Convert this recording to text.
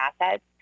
assets